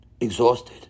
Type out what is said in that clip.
Exhausted